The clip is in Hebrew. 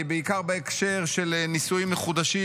בעיקר בהקשר של נישואים מחודשים,